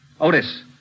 Otis